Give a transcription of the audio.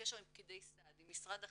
בקשר עם פקידי סעד, עם משרד החינוך,